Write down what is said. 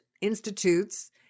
institutes